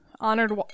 honored